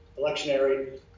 electionary